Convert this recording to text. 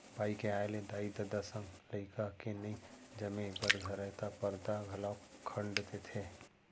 बाई के आय ले दाई ददा संग लइका के नइ जमे बर धरय त परदा घलौक खंड़ देथे